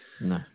No